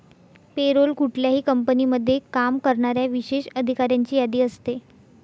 पे role कुठल्याही कंपनीमध्ये काम करणाऱ्या विशेष अधिकाऱ्यांची यादी असते